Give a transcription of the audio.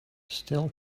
still